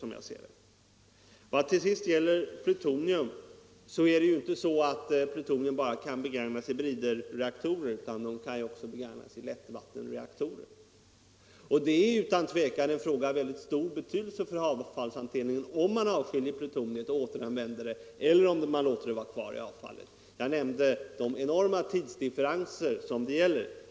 Vad till sist gäller plutonium så är det inte så att plutonium bara kan begagnas i bridreaktorer. Plutonium kan också begagnas i lättvattenreaktorer. Det är utan tvivel en fråga av mycket stor betydelse för avfallshanteringen om man avskiljer plutonium och återanvänder det eller om man låter det vara kvar i avfallet. Jag nämnde de enorma tidsdifferenser det gäller.